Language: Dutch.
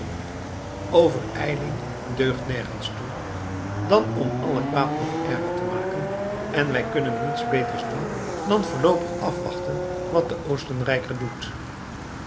overijling deugt nergens toe dan om alle kwaad nog erger te maken en wij kunnen niets beters doen dan voorloopig afwachten wat de oostenrijker doet